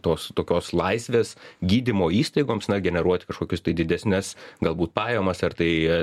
tos tokios laisvės gydymo įstaigoms na generuoti kažkokius tai didesnes galbūt pajamas ar tai